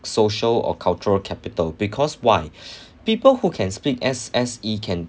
social or cultural capital because why people who can speak S_S_E can